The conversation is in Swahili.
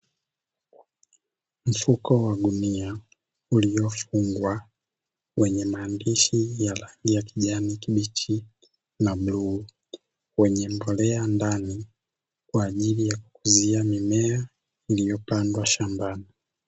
Mfuko wa gunia uliofungwa wenye maandishi ya rangi ya kijani kibichi na bluu, wenye mbolea ndani kwa ajili ya kukuzia mimea iliyopandwa shambani.